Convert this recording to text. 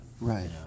Right